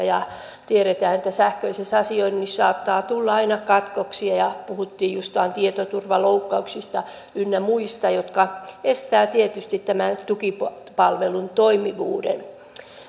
ja tiedetään että sähköisessä asioinnissa saattaa tulla aina katkoksia ja puhuttiin tietoturvaloukkauksista ynnä muista jotka estävät tietysti tämän tukipalvelun toimivuuden